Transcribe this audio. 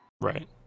right